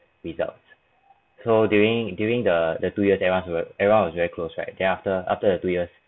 results so during during the the two years everyone was ev~ everyone was very close right after after two years